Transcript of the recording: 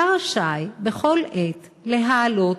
אתה רשאי בכל עת להעלות,